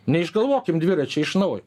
neišgalvokim dviračio iš naujo